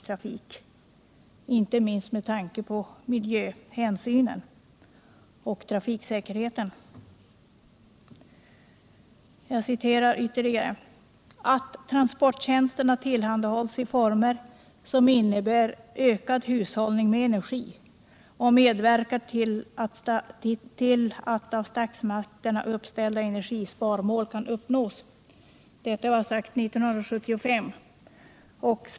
Det har också negativ inverkan på trafiksäkerheten. Den samhällsekonomiska målsättningen innebär enligt utredningen vidare ”att transporttjänsterna tillhandahålls i former som innebär ökad hushållning med energi och medverkar till att av statsmakterna uppställda energisparmål kan uppnås”. Detta uttalades 1975.